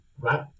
Right